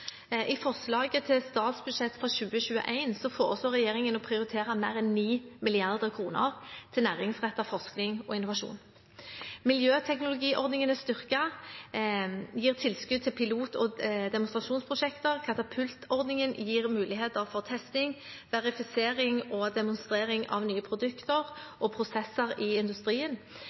I forslaget til statsbudsjett for 2021 foreslår regjeringen å prioritere mer enn 9 mrd. kr til næringsrettet forskning og innovasjon. Miljøteknologiordningen er styrket. Vi gir tilskudd til pilot- og demonstrasjonsprosjekter. Katapultordningen gir muligheter for testing, verifisering og demonstrering av nye produkter og prosesser i industrien.